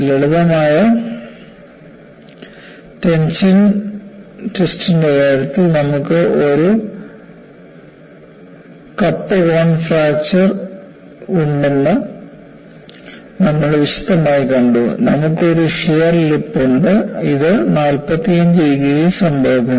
ലളിതമായ ടെൻഷൻ ടെസ്റ്റിന്റെ കാര്യത്തിൽ നമുക്ക് ഒരു കപ്പ് കോൺ ഫ്രാക്ചർ ഉണ്ടെന്ന് നമ്മൾ വിശദമായി കണ്ടു നമുക്ക് ഒരു ഷിയർ ലിപ്പ് ഉണ്ട് ഇത് 45 ഡിഗ്രിയിൽ സംഭവിക്കുന്നു